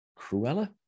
Cruella